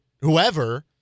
whoever